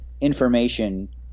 information